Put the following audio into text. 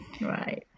Right